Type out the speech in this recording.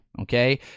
okay